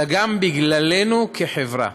אלא גם בגללנו כחברה.